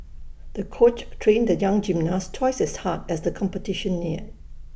the coach trained the young gymnast twice as hard as the competition neared